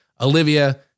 Olivia